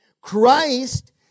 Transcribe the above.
Christ